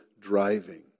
driving